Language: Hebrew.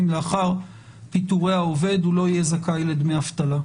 לאחר פיטורי העובד הוא לא יהיה זכאי לדמי אבטלה.